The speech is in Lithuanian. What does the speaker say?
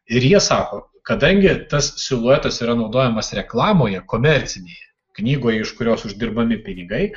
ir jie sako kadangi tas siluetas yra naudojamas reklamoje komercinėje knygoje iš kurios uždirbami pinigai